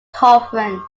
conference